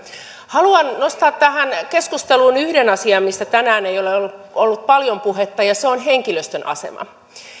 haluan nostaa tähän keskusteluun yhden asian mistä tänään ei ole ole ollut paljon puhetta ja se on henkilöstön asema